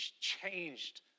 changed